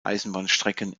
eisenbahnstrecken